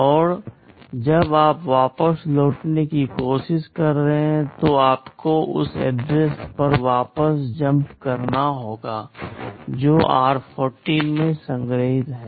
और जब आप वापस लौटने की कोशिश कर रहे हैं तो आपको उस एड्रेस पर वापस जम्प करना होगा जो r14 में संग्रहीत है